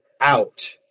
out